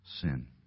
Sin